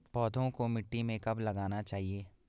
पौधों को मिट्टी में कब लगाना चाहिए?